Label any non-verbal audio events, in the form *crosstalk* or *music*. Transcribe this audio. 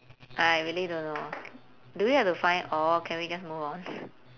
I really don't know ah do we have to find all can we just move on *laughs*